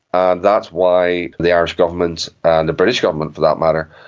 and that's why the irish government, and the british government for that matter,